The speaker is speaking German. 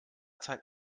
zeit